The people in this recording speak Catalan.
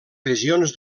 regions